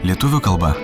lietuvių kalba